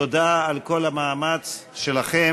תודה על כל המאמץ שלכם,